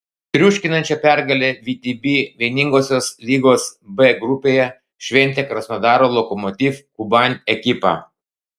triuškinančią pergalę vtb vieningosios lygos b grupėje šventė krasnodaro lokomotiv kuban ekipa